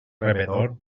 rebedor